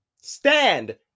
stand